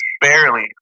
barely